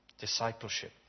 Discipleship